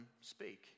speak